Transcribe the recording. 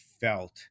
felt